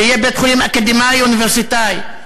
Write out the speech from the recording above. שיהיה בית-חולים אקדמי אוניברסיטאי.